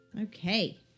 Okay